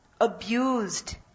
abused